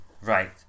Right